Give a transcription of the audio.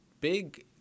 big